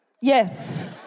Yes